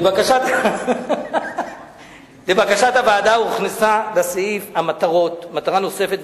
לבקשת הוועדה הוכנסה לסעיף המטרות מטרה נוספת,